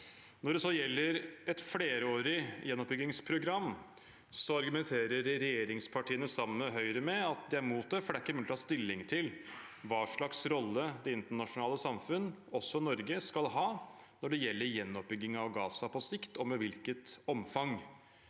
Når det så gjelder et flerårig gjenoppbyggingsprogram, argumenterer regjeringspartiene sammen med Høyre med at de er imot det, fordi det ikke er mulig å ta stilling til hva slags rolle det internasjonale samfunn, også Norge, skal ha når det gjelder gjenoppbygging av Gaza på sikt, og med hvilket omfang.